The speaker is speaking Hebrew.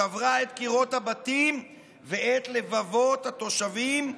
שברה את קירות הבתים ואת לבבות התושבים,